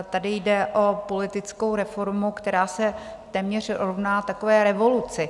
Tady jde o politickou reformu, která se téměř rovná takové revoluci.